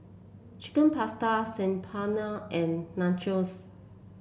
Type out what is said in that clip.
Chicken Pasta Saag Paneer and Nachos